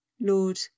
Lord